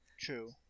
True